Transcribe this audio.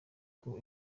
kuko